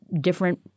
different